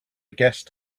guessed